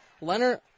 Leonard